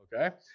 Okay